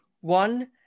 One